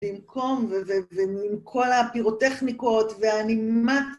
‫במקום ומול כל הפירוטכניקות, ‫ואני ממש...